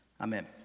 Amen